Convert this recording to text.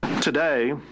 Today